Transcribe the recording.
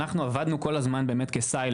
אנחנו עבדנו כל הזמן כסיילו,